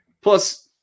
plus